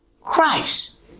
Christ